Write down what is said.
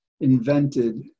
invented